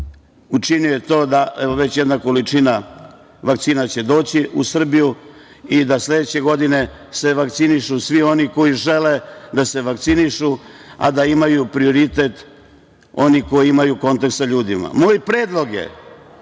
učinio je to, evo već jedna količina vakcina će doći u Srbiju i da se sledeće godine vakcinišu svi oni koji žele da se vakcinišu, a da imaju prioritet oni koji imaju kontakt sa ljudima. Moj predlog je